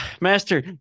Master